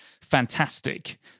fantastic